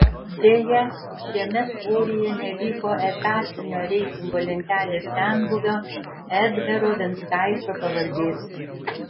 deja šiame svoryje neliko etatinio reitingo lentelės senbuvio edgaro venckaičio pavardės